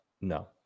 no